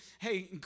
hey